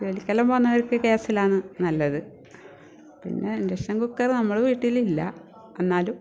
ജോലിക്കെല്ലാം പോകുന്നവർക്ക് ഗ്യാസിലാണ് നല്ലത് പിന്നെ ഇൻ്റക്ഷൻ കുക്കർ നമ്മളെ വീട്ടിലില്ല എന്നാലും